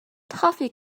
toffee